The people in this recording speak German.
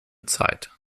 zeit